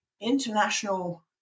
international